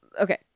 Okay